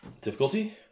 Difficulty